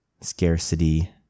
scarcity